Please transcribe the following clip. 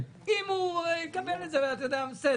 אם הוא יקבל את זה, בסדר.